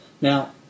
Now